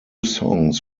songs